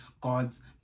god's